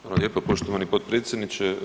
Hvala lijepa poštovani potpredsjedniče.